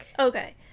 okay